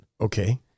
Okay